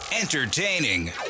Entertaining